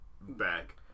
back